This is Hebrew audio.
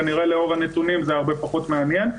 כנראה לאור הנתונים זה הרבה פחות מעניין.